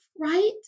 right